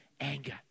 anger